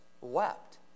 wept